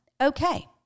okay